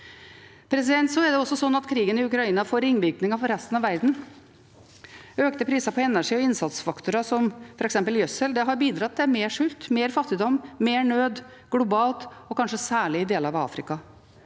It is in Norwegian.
grep om. Det er også slik at krigen i Ukraina får ringvirkninger for resten av verden. Økte priser på energi og innsatsfaktorer, som f.eks. gjødsel, har bidratt til mer sult, mer fattigdom og mer nød globalt, og kanskje særlig i deler av Afrika.